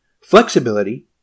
flexibility